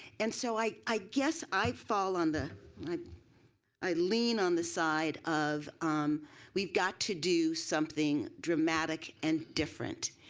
and so i i guess i fall on the i lean on the side of um we've got to do something dramatic and different.